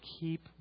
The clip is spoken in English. keep